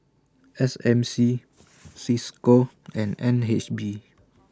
S M C CISCO and N H B